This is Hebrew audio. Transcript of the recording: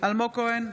אלמוג כהן,